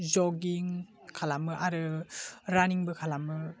जगिं खालामो आरो रानिं बो खालामो